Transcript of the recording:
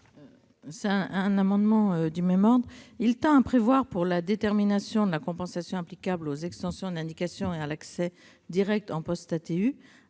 Cet amendement, du même ordre que le précédent, tend à prévoir, pour la détermination de la compensation applicable aux extensions d'indication et à l'accès direct en post-ATU,